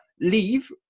leave